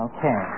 Okay